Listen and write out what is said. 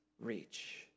reach